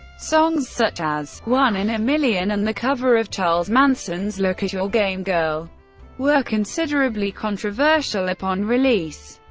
songs such as one in a million and the cover of charles manson's look at your game, girl were considerably controversial upon release.